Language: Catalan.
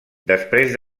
després